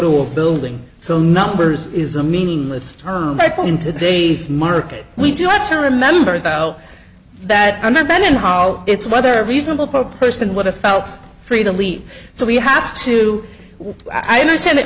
to a building so numbers is a meaningless term in today's market we do have to remember though that i've been in all its whether a reasonable person would have felt free to leave so we have to i understand th